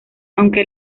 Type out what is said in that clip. aunque